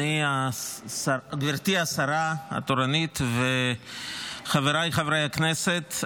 גברתי השרה התורנית וחבריי חברי הכנסת,